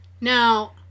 Now